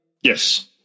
Yes